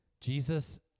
Jesus